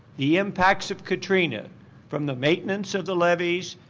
the impacts of katrina from the maintenance of the levies,